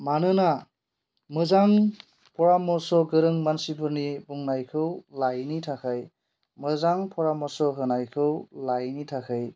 मानोना मोजां फरामर्स गोरों मानसिफोरनि बुंनायखौ लायैनि थाखाय मोजां फरामर्स होनायखौ लायैनि थाखै